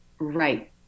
right